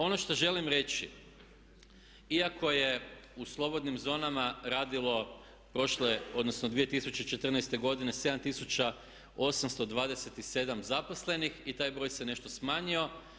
Ono što želim reći, iako je u slobodnim zonama radilo prošle odnosno 2014. godine 7827 zaposlenih i taj broj se nešto smanjio.